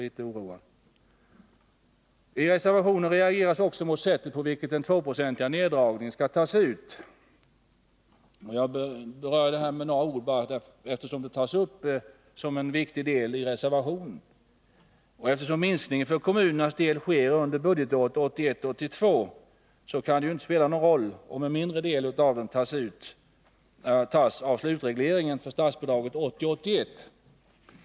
I reservationen reageras också mot sättet på vilket den tvåprocentiga neddragningen skall tas ut. Jag vill beröra detta med några ord, eftersom det tås upp som en viktig del i reservationen. Eftersom minskningen för kommunernas del sker under budgetåret 1981 81.